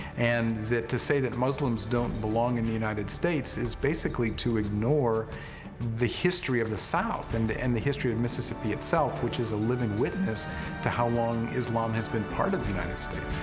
and to say that muslims don't belong in the united states is basically to ignore the history of the south and the and the history of mississippi itself, which is a living witness to how long islam has been part of the united states.